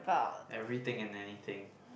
everything and anything